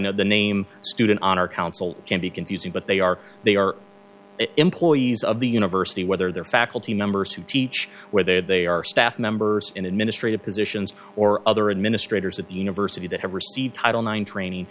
know the name student honor council can be confusing but they are they are employees of the university whether their faculty members who teach where they have they are staff members in administrative positions or other administrators at the university that have received title nine training